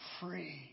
free